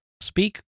speak